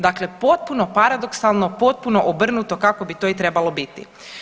Dakle, potpuno paradoksalno, potpuno obrnuto kako bi to i trebalo biti.